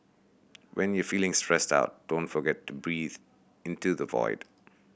when you are feeling stressed out don't forget to breathe into the void